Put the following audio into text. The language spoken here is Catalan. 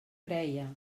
creia